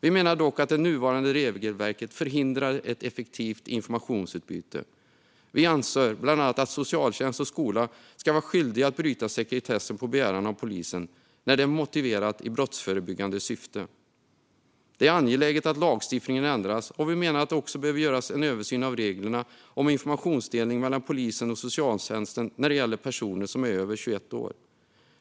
Vi menar dock att det nuvarande regelverket förhindrar ett effektivt informationsutbyte. Vi anser bland annat att socialtjänst och skola när det är motiverat ska vara skyldiga att bryta sekretessen på begäran av polisen i brottsförebyggande syfte. Det är angeläget att lagstiftningen ändras. Vi menar att det också behöver göras en översyn av reglerna om informationsdelning mellan polisen och socialtjänsten när det gäller personer som är över 21 år.